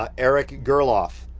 ah eric gurloff,